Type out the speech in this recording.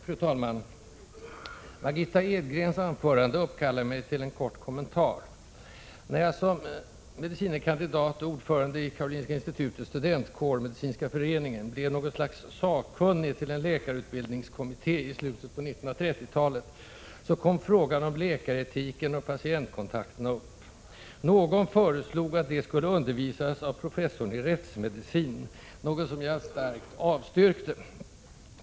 Fru talman! Margitta Edgrens anförande uppkallar mig till en kort kommentar. När jag som medicine kandidat och ordförande i Karolinska Institutets studentkår — Medicinska föreningen — var något slags ”sakkunnig” till en läkarutbildningskommitté i slutet av 1930-talet — kom frågan om läkaretiken och patientkontakterna upp till diskussion. Någon föreslog att de medicine studerandena skulle undervisas därom av professorn i rättsmedicin, vilket jag starkt avstyrkte.